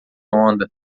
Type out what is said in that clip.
onda